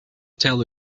tell